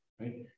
right